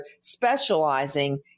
specializing